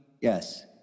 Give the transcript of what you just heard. yes